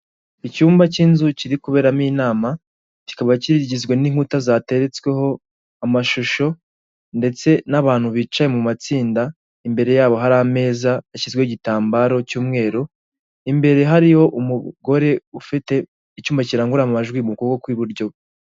Icyumba cy'inzu kiri kuberamo inama kikaba kigizwe n'inkuta zateretsweho amashusho ndetse n'abantu bicaye mu matsinda imbere yabo hari ameza ashyizweho igitambaro cy'umweru, imbere hariho umugore ufite icyuma kirangurura amajwi mu kuboko kw'iburyo.